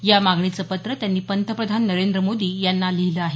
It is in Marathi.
या मागणीचं पत्र त्यांनी पंतप्रधान नरेंद्र मोदी यांनी लिहिलं आहे